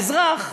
האזרח,